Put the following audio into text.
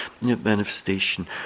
manifestation